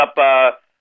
up